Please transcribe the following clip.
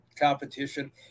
competition